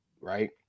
right